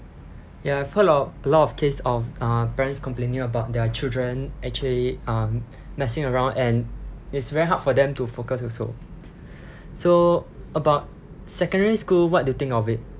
ya I've heard a lot a lot of case of uh parents complaining about their children actually uh messing around and it's very hard for them to focus also so about secondary school what do you think of it